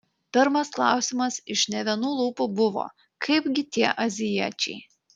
pirmas klausimas iš ne vienų lūpų buvo kaipgi tie azijiečiai